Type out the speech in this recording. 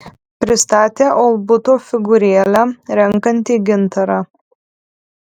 pristatė olbuto figūrėlę renkanti gintarą